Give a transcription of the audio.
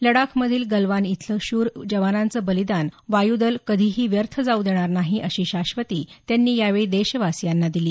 लडाखमधील गलवान इथलं शूर जवानांचं बलिदान वायूदल कधीही व्यर्थ जाऊ देणार नाही अशी शाश्वती त्यांनी यावेळी देशवासीयांना दिली